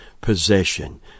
possession